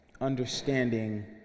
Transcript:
understanding